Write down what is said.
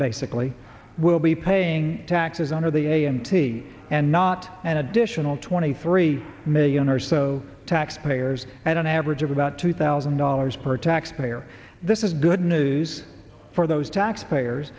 basically will be paying taxes under the a m t and not an additional twenty three million or so taxpayers at an average of about two thousand dollars per taxpayer this is good news for those taxpayers